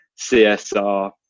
CSR